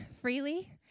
freely